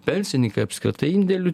pensininkai apskritai indėlių